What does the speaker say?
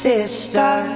Sister